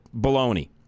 Baloney